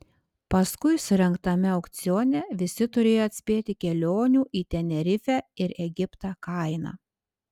paskui surengtame aukcione visi turėjo atspėti kelionių į tenerifę ir egiptą kainą